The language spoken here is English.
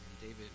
David